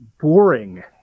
boring